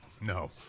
no